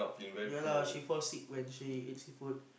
ya lah she fall sick when she eat seafood